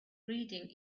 reading